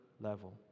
level